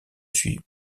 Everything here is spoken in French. suis